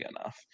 enough